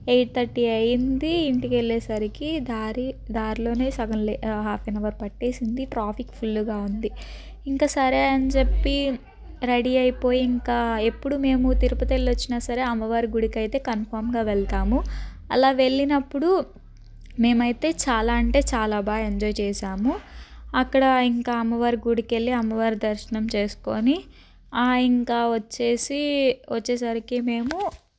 eight thirty అయింది ఇంటికి వెళ్ళేసరికి దారి దారిలోనే సగం లేక హాఫ్ ఎన్ అవర్ పట్టేసింది ట్రాఫిక్ ఫుల్గా ఉంది ఇంకా సరే అని చెప్పి రెడీ అయిపోయి ఇంకా ఎప్పుడు మేము తిరుపతి వెళ్ళి వచ్చినా సరే అమ్మవారి గుడికి అయితే కన్ఫామ్గా వెళ్తాము అలా వెళ్ళినప్పుడు మేమైతే చాలా అంటే చాలా బాగా ఎంజాయ్ చేశాము అక్కడ ఇంకా అమ్మవారు గుడికి వెళ్ళి అమ్మవారి దర్శనం చేసుకొని ఇంకా వచ్చేసి వచ్చేసరికి మేము